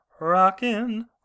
Rockin